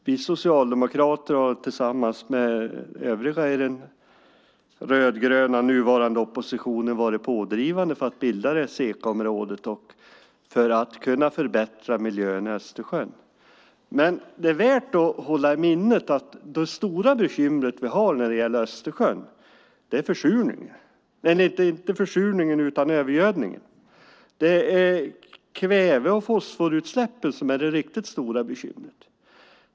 Vi socialdemokrater har tillsammans med övriga i den nuvarande rödgröna oppositionen varit pådrivande för att bilda SECA-området för att kunna förbättra miljön i Östersjön. Men det är värt att hålla i minnet att det stora bekymret när det gäller Östersjön inte är försurningen utan övergödningen. Det är kväve och fosforutsläppen som är det riktigt stora bekymret.